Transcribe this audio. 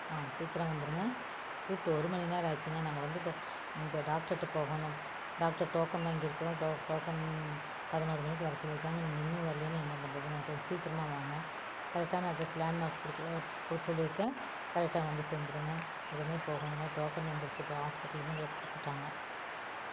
ஆ சீக்கிரம் வந்துடுங்க கூப்பிட்டு ஒரு மணி நேரம் ஆச்சுங்க நாங்கள் வந்து இங்கே டாக்டர்கிட்ட போகணும் டாக்டர் டோக்கன் வாங்கியிருக்குறோம் டோக்கன் பதினொரு மணிக்கு வர சொல்லியிருக்காங்க நீங்கள் இன்னும் வரலைன்னா என்ன பண்ணுறதுங்க கொஞ்சம் சீக்கிரமாக வாங்க கரெக்டான அட்ரஸ் லேண்ட்மார்க் கொடுக்குற சொல்லியிருக்கேன் கரெக்டாக வந்து சேர்ந்துருங்க உடனே போகணுங்க டோக்கன் வந்துடுச்சு இப்போ ஹாஸ்பிட்டலேருந்து எங்களை கூப்பிடுட்டாங்க